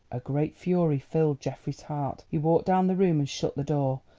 a great fury filled geoffrey's heart. he walked down the room and shut the door,